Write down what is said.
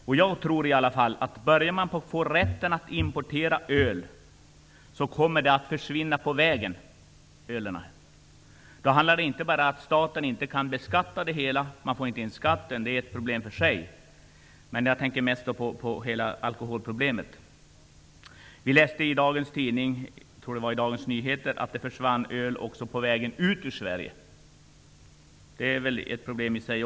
Om branschen får rätten att fritt importera öl kommer det att försvinna öl på vägen. Det handlar inte bara om att staten inte kan få in skatten. Det är ett problem för sig. Jag tänker mest på hela alkoholproblemet. Vi läste i dagens tidning att öl också försvinner på vägen ut ur Sverige. Det är också ett problem i sig.